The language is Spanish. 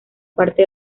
parte